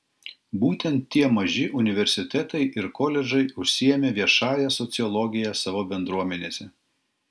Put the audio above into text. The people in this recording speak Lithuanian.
būtent tie maži universitetai ir koledžai užsiėmė viešąja sociologija savo bendruomenėse